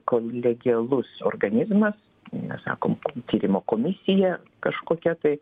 kolegialus organizmas nesakom tyrimo komisija kažkokia tai